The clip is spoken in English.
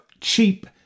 cheap